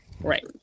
right